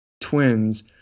twins